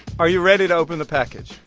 are you ready to open the package?